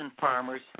farmers